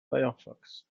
firefox